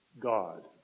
God